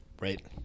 Right